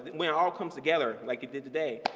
when it all comes together like it did today,